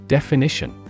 Definition